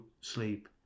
sleep